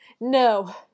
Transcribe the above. No